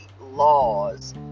laws